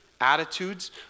attitudes